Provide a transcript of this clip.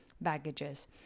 baggages